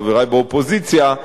חברי באופוזיציה,